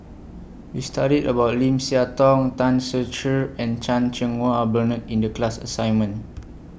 We studied about Lim Siah Tong Tan Ser Cher and Chan Cheng Wah Bernard in The class assignment